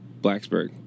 Blacksburg